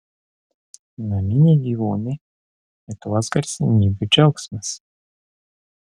naminiai gyvūnai lietuvos garsenybių džiaugsmas